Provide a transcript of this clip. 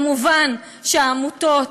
מובן שהעמותות,